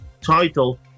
title